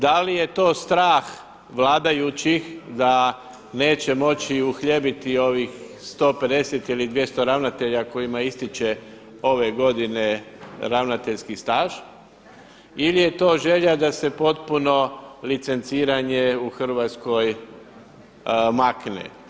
Da li je to strah vladajućih da neće moći uhljebiti ovih 150 ili 200 ravnatelja kojima ističe ove godine ravnateljski staž ili je to želja da se potpuno licenciranje u Hrvatskoj makne.